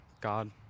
God